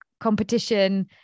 Competition